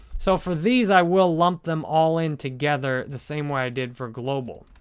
so for these, i will lump them all in together the same way i did for global.